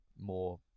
more